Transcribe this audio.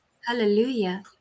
Hallelujah